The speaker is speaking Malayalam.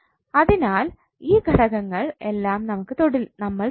അതിനാൽ ഈ ഘടകങ്ങൾ എല്ലാം നമ്മൾ തൊടില്ല